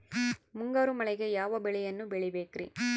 ಮುಂಗಾರು ಮಳೆಗೆ ಯಾವ ಬೆಳೆಯನ್ನು ಬೆಳಿಬೇಕ್ರಿ?